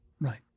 Right